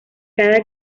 cada